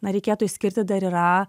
na reikėtų išskirti dar yra